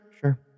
sure